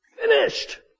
Finished